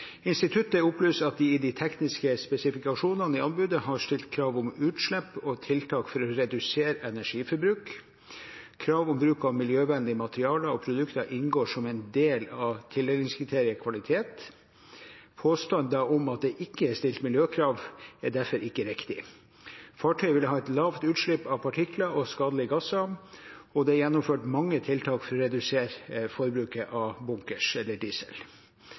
de tekniske spesifikasjonene i anbudet har stilt krav om utslipp og tiltak for å redusere energiforbruk. Krav om bruk av miljøvennlig materiale og produkter inngår som en del av tildelingskriteriet kvalitet. Påstander om at det ikke er stilt miljøkrav, er derfor ikke riktig. Fartøyet vil ha et lavt utslipp av partikler og skadelige gasser, og det er gjennomført mange tiltak for å redusere forbruket av bunkers eller diesel.